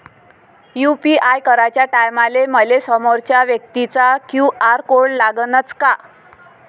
UPI कराच्या टायमाले मले समोरच्या व्यक्तीचा क्यू.आर कोड लागनच का?